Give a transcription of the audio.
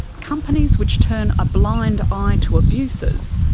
companies which turn a blind ah eye to abuses,